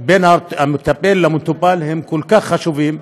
בין המטפל למטופל הם כל כך חשובים,